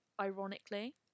ironically